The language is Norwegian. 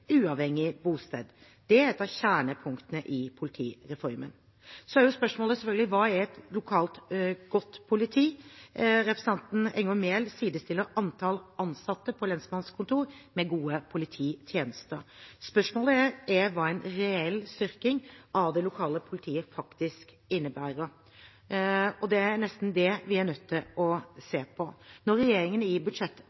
uavhengig av bosted. Det er et av kjernepunktene i politireformen. Så er spørsmålet selvfølgelig: Hva er et godt lokalt politi? Representanten Enger Mehl sidestiller antall ansatte på lensmannskontor med gode polititjenester. Spørsmålet er hva en reell styrking av det lokale politiet faktisk innebærer, og det er nesten det vi er nødt til å